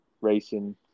racing